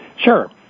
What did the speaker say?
Sure